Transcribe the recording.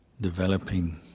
developing